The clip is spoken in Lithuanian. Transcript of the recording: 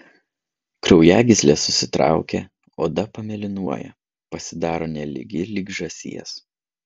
kraujagyslės susitraukia oda pamėlynuoja pasidaro nelygi lyg žąsies